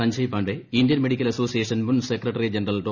Sanjay Pandey Indian medical association മുൻ secretary general ഡോ